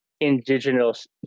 indigenous